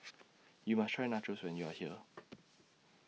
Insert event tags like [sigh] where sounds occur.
[noise] YOU must Try Nachos when YOU Are here